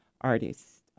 artists